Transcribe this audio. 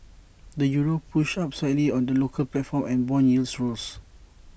the euro pushed up slightly on the local platform and Bond yields rose